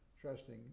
trusting